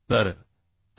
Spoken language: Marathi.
तर 8